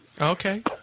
Okay